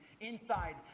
inside